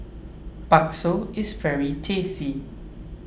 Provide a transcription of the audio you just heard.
Bakso is very tasty